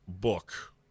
book